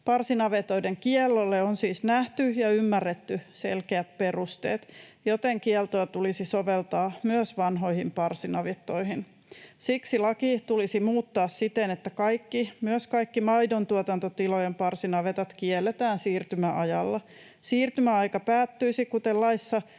Parsinavetoiden kiellolle on siis nähty ja ymmärretty selkeät perusteet, joten kieltoa tulisi soveltaa myös vanhoihin parsinavettoihin. Siksi laki tulisi muuttaa siten, että kaikki, myös kaikki maidontuotantotilojen, parsinavetat kielletään siirtymäajalla. Siirtymäaika päättyisi kuten laissa